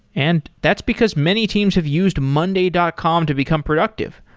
and that's because many teams have used monday dot com to become productive.